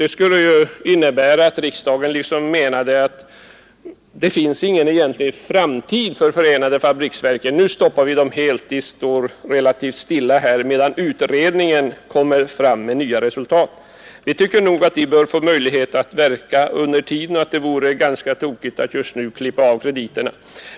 Det skulle ju innebära att riksdagen menade att det inte finns någon egentlig framtid för förenade fabriksverken, utan att man bör låta dem stå relativt stilla medan utredningen kommer fram med nya resultat. Vi tycker nog att de bör få möjlighet att verka under tiden och att det vore fel att just nu avbryta krediterna.